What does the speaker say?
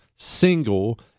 single